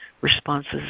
responses